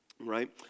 right